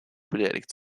beleidigt